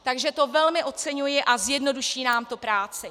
Takže to velmi oceňuji a zjednoduší nám to práci.